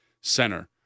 center